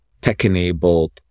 tech-enabled